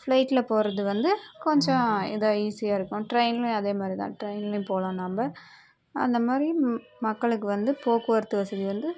ஃபிளைட்டில் போகிறது வந்து கொஞ்சம் ஏதோ ஈஸியாகருக்கும் ட்ரெயின்லேயும் அதே மாதிரி தான் ட்ரெயின்லேயும் போகலாம் நாம்ப அந்தமாதிரி மக்களுக்கு வந்து போக்குவரத்து வசதி வந்து